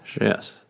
Yes